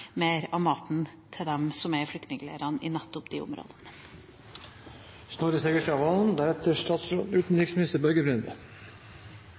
mer av maten til dem som er i flyktningleirene i de områdene.